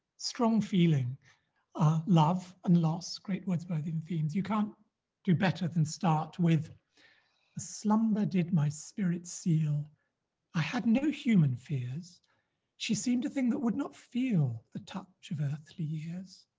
strong feeling ah love and loss great wordsworthian themes you can't do better than start with a slumber did my spirit seal i had no human fears she seemed a thing that could not feel the touch of earthly years.